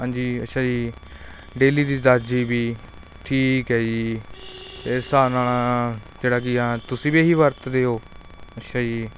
ਹਾਂਜੀ ਅੱਛਾ ਜੀ ਡੇਲੀ ਦੀ ਦਸ ਜੀ ਬੀ ਠੀਕ ਹੈ ਜੀ ਇਸ ਹਿਸਾਬ ਨਾਲ ਤੇਰਾ ਕੀ ਆ ਤੁਸੀਂ ਵੀ ਇਹ ਹੀ ਵਰਤਦੇ ਹੋ ਅੱਛਾ ਜੀ